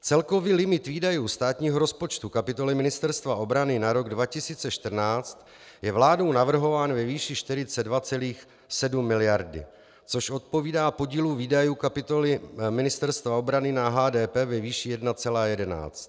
Celkový limit výdajů státního rozpočtu v kapitole Ministerstva obrany na rok 2014 je vládou navrhován ve výši 42,7 mld., což odpovídá podílu výdajů kapitoly Ministerstva obrany na HDP ve výši 1,11.